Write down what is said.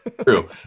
True